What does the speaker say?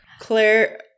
Claire